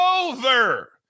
over